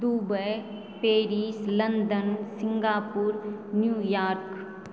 Dubai Paris London Singapore New York